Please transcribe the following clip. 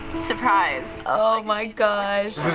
surprise. oh my gosh.